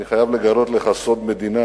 אני חייב לגלות לך סוד מדינה: